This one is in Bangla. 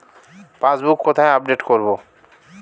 পাসবুক কোথায় আপডেট করব?